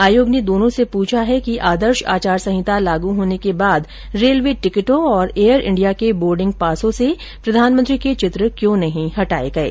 आयोग ने दोनों से पूछा है कि आदर्श आचार संहिता लागू होने के बाद रेलवे टिकटों और एयर इंडिया के बोर्डिंग पासों से प्रधानमंत्री के चित्र क्यों नहीं हटाये गये